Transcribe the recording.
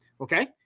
okay